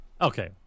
Okay